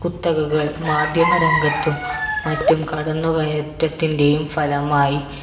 കുത്തകകൾ മാധ്യമ രംഗത്തും മറ്റും കടന്നുകയറ്റത്തിൻ്റെയും ഫലമായി